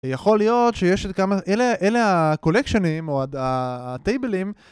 יכול להיות שיש את כמה... אלה הקולקשינים או הטייבלים